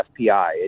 FPI